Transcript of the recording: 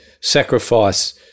sacrifice